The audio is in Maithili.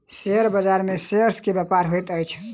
शेयर बाजार में शेयर्स के व्यापार होइत अछि